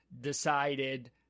decided